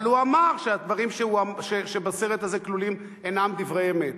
אבל הוא אמר שהדברים שכלולים בסרט הזה אינם דברי אמת.